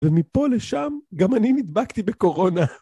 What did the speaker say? ומפה לשם גם אני נדבקתי בקורונה.